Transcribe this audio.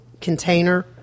container